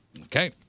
Okay